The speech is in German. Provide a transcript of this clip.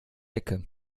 ecke